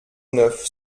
neuf